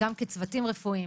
גם כצוותים רפואיים,